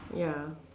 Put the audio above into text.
ya